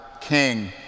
King